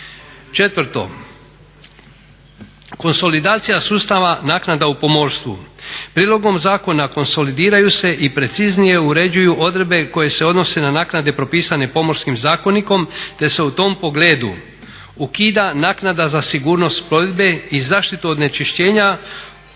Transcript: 4.Konsolidacija sustava naknada u pomorstvu. Prijedlogom zakona konsolidiraju se i preciznije uređuju odredbe koje se odnose na naknade propisane Pomorskim zakonikom te se u tom pogledu ukida naknada za sigurnost plovidbe i zaštita od onečišćenja